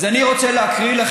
איי איי איי.